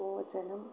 भोजनं